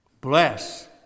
Bless